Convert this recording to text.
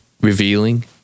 revealing